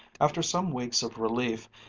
after some weeks of relief,